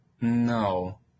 no